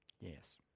Yes